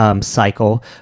Cycle